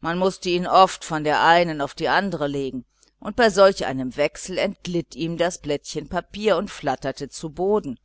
man mußte ihn oft von der einen auf die andere legen und bei solch einem wechsel entglitt ihm das papierchen mit der adresse und flatterte zu boden